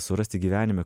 surasti gyvenime